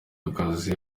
akazi